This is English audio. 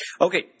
Okay